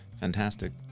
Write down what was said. fantastic